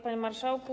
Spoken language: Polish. Panie Marszałku!